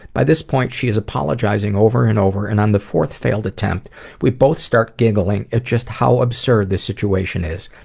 by this point she is apologizing over and over and on the fourth failed attempt we both start giggling at just how absurd the situation is.